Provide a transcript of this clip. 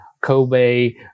Kobe